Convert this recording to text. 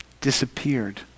disappeared